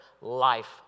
life